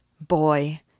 Boy